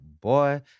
boy